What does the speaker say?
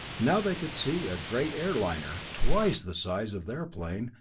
now they could see a great air liner, twice the size of their plane,